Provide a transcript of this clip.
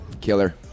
Killer